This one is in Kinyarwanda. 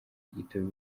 gito